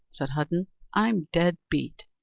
said hudden i'm dead beat.